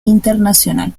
internacional